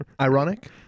ironic